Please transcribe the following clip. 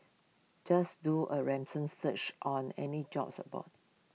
just do A ransom search on any jobs aboard